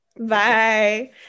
Bye